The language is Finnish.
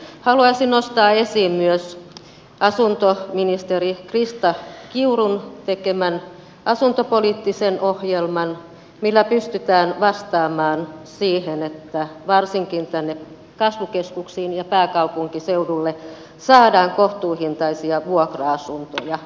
haluaisin nostaa esiin myös asuntoministeri krista kiurun tekemän asuntopoliittisen ohjelman millä pystytään vastaamaan siihen että varsinkin tänne kasvukeskuksiin ja pääkaupunkiseudulle saadaan kohtuuhintaisia vuokra asuntoja